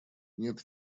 нет